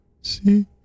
See